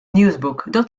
newsbook